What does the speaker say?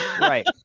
Right